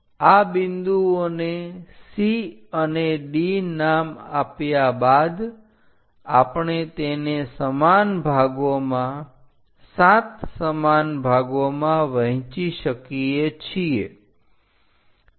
આ બિંદુઓને C અને D નામ આપ્યા બાદ આપણે તેને સમાન ભાગોમાં 7 સમાન ભાગોમાં વહેંચી શકીએ છીએ